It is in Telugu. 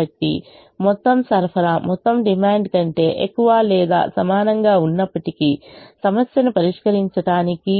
కాబట్టి మొత్తం సరఫరా మొత్తం డిమాండ్ కంటే ఎక్కువ లేదా సమానంగా ఉన్నప్పటికీ సమస్యను పరిష్కరించడానికి